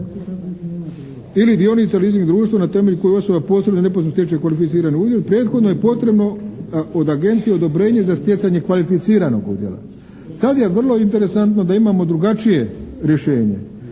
ili dionica leasing društva na temelju koje osoba posredno ili neposredno stječe kvalificirani udjel, prethodno je potrebno od agencije odobrenje za stjecanje kvalificiranog udjela. Sad je vrlo interesantno da imamo drugačije rješenje.